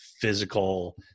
physical –